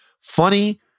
funny